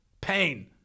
Pain